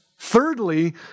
Thirdly